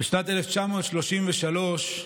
בשנת 1933,